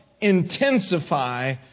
intensify